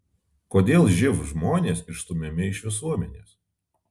kodėl živ žmonės išstumiami iš visuomenės